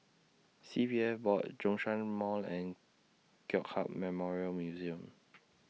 C P F Board Zhongshan Mall and Kong Hiap Memorial Museum